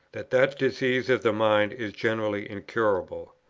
that that disease of the mind is generally incurable.